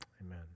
Amen